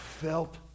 felt